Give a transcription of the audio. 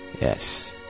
Yes